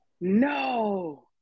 no